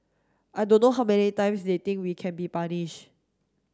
I don't know how many times they think we can be punish